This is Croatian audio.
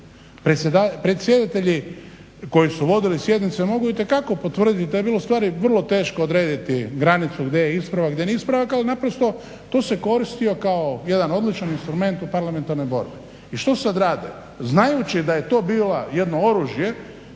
predsjedatelji koji su vodili sjednice mogu itekako potvrdit da je bilo ustvari vrlo teško odrediti granicu gdje je ispravak, gdje nije ispravak, ali naprosto to se koristilo kao jedan odličan instrument u parlamentarnoj borbi. I što sad rade, znajući da je to bilo jedno oružje